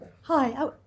Hi